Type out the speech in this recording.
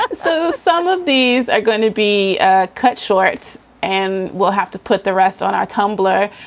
but so some of these are going to be ah cut short and we'll have to put the rest on our tumblr.